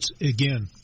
Again